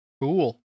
Cool